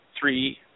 three